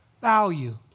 value